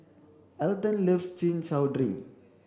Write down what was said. Elden loves chin chow drink